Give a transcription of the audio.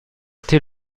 été